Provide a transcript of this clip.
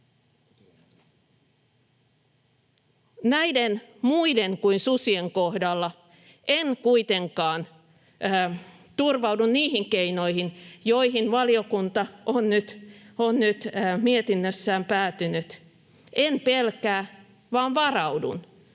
Näiden muiden kuin susien kohdalla en kuitenkaan turvaudu niihin keinoihin, joihin valiokunta on nyt mietinnössään päätynyt. En pelkää vaan varaudun.